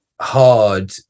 hard